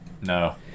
No